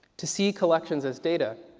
to see collections as data.